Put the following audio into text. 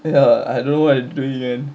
ya I don't know what I'm doing man